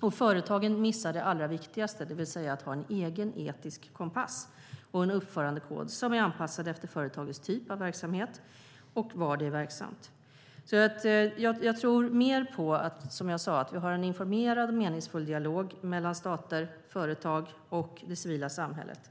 och att företagen missar det allra viktigaste, det vill säga att ha en egen etisk kompass och en uppförandekod som är anpassad efter företagets typ av verksamhet och var det är verksamt. Jag tror mer på, som jag sade, att vi har en informerad och meningsfull dialog mellan stater, företag och det civila samhället.